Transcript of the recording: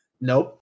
Nope